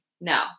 No